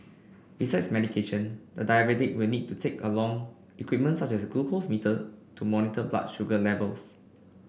besides medication the diabetic will need to take along equipment such as glucose meter to monitor blood sugar levels